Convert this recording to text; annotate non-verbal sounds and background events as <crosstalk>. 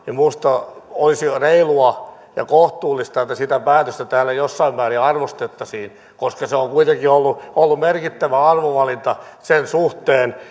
minusta olisi jo reilua ja kohtuullista että sitä päätöstä täällä jossain määrin arvostettaisiin koska se on kuitenkin ollut ollut merkittävä arvovalinta sen suhteen <unintelligible>